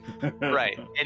Right